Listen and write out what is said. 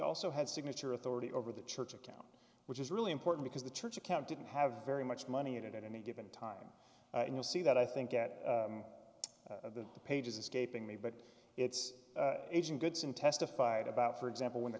also had signature authority over the church account which is really important because the church account didn't have very much money in it at any given time and you'll see that i think at the pages escaping me but it's aging goods and testified about for example when the